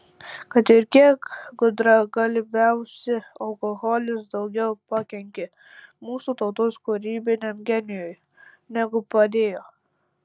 kad ir kiek gudragalviausi alkoholis daugiau pakenkė mūsų tautos kūrybiniam genijui negu padėjo